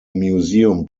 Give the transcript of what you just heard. museum